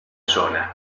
zona